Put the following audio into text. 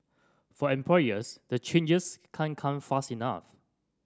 for employers the changes can come fast enough